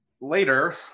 Later